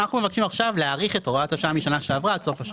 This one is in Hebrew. אנחנו מבקשים עכשיו להאריך את הוראת השעה משנה שעברה עד סוף השנה.